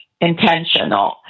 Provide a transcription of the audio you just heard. Intentional